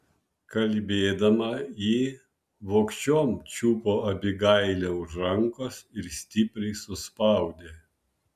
kalbėdama ji vogčiom čiupo abigailę už rankos ir stipriai suspaudė